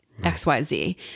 XYZ